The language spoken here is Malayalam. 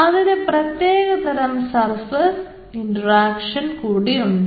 അതിനു പ്രത്യേക തരം സർഫസ് ഇൻട്രാക്ഷൻ കൂടിയുണ്ട്